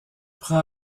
prend